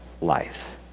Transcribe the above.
life